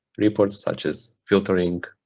reports such as filtering